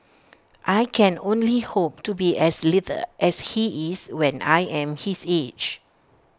I can only hope to be as lithe as he is when I am his age